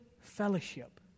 fellowship